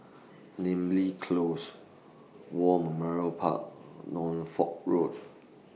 Namly Close War Memorial Park Norfolk Road